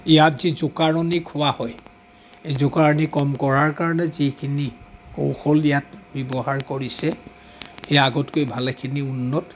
ইয়াত যি জোকাৰণি খোৱা হয় এই জোকাৰণি কম কৰাৰ কাৰণে যিখিনি কৌশল ইয়াত ব্যৱহাৰ কৰিছে ই আগতকৈ ভালেখিনি উন্নত